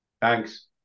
Thanks